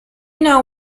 know